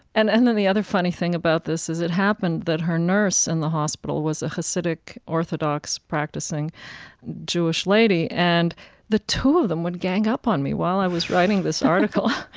and and then the other funny thing about this is it happened that her nurse in the hospital was a hasidic orthodox-practicing jewish lady, and the two of them would gang up on me while i was writing this article.